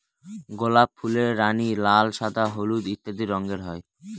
গোলাপ ফুলের রানী, লাল, সাদা, হলুদ ইত্যাদি রঙের হয়